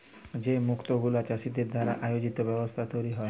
যে মুক্ত গুলা চাষীদের দ্বারা আয়জিত ব্যবস্থায় তৈরী হ্যয়